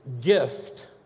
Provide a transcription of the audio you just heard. gift